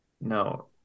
No